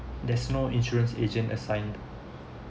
there's no insurance agent assigned